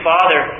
Father